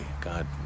God